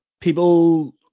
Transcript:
people